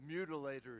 mutilators